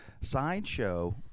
Sideshow